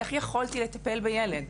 איך יכולתי לטפל בילד?